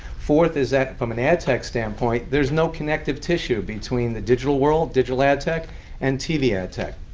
fourth is that, from an ad tech standpoint, there's no connective tissue between the digital world, digital ad tech and tv ad tech.